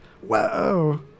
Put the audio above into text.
Whoa